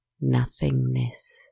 nothingness